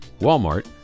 Walmart